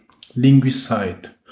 Linguicide